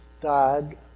died